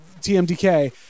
TMDK